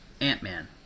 Ant-Man